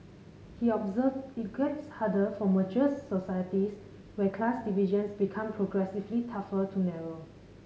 he observed it gets harder for mature societies where class divisions become progressively tougher to narrow